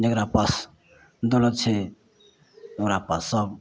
जकरा पास दौलत छै ओकरा पास सब